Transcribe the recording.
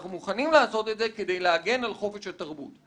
אנחנו מוכנים לעשות זאת כדי להגן על חופש התרבות.